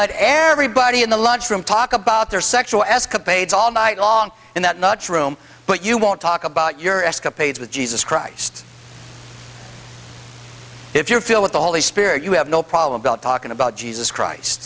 let everybody in the lunchroom talk about their sexual escapades all night long and that much room but you won't talk about your escapades with jesus christ if you feel with the holy spirit you have no problem about talking about jesus christ